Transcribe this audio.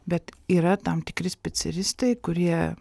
bet yra tam tikri specialistai kurie